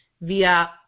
via